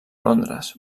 londres